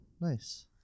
nice